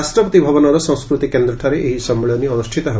ରାଷ୍ଟ୍ରପତି ଭବନର ସଂସ୍କୃତି କେନ୍ଦ୍ରଠାରେ ଏହି ସମ୍ମିଳନୀ ଅନୁଷ୍ଠିତ ହେବ